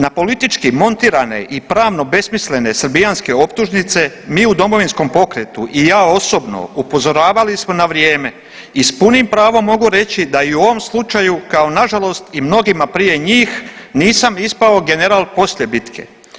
Na politički montirane i pravno besmislene srbijanske optužnice, mi u Domovinskom pokretu i ja osobno upozoravali smo na vrijeme i s punim pravom mogu reći da i u ovom slučaju, kao nažalost i mnogima prije njih nisam ispao general poslije bitke.